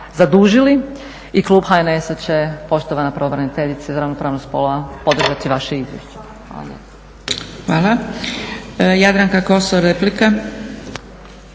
zadužili i klub HNS-a će poštovana pravobraniteljice za ravnopravnost spolova podržati vaše izvješće. Hvala lijepo.